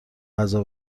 غذا